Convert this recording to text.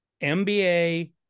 MBA